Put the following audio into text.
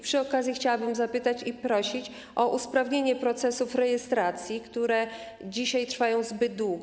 Przy okazji chciałabym też zapytać i prosić o usprawnienie procesów rejestracji, które dzisiaj trwają zbyt długo.